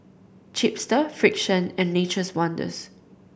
Chipster Frixion and Nature's Wonders